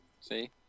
See